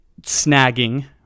snagging